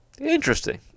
Interesting